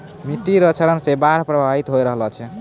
मिट्टी रो क्षरण से बाढ़ प्रभावित होय रहलो छै